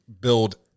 build